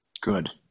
Good